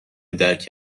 درک